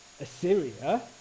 Assyria